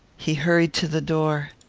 he hurried to the door.